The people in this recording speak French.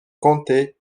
comté